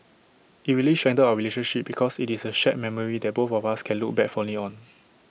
IT really strengthened our relationship because IT is A shared memory that both of us can look back fondly on